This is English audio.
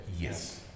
Yes